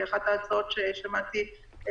אחת ההצעות, ששמעתי,